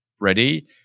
ready